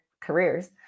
careers